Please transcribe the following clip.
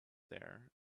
there